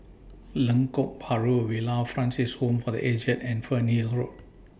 Lengkok Bahru Villa Francis Home For The Aged and Fernhill Road